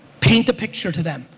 paint a picture to them.